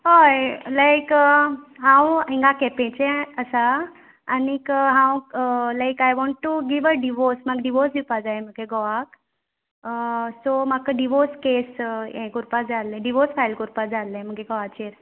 हय लायक हांव हिंगा केपेंचे आसा आनीक हांव like I want to give a divorce म्हाका डिवोर्स दिवपा जाय म्हुगे घोवाक सो म्हाका डिवोर्स केस हें कोरपा जाय आसली डिवोर्स फायल कोरपा जाय आसली म्हुगे घोवाचेर